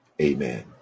Amen